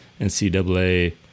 NCAA